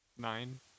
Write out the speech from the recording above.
Nine